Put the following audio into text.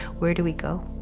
where do we go?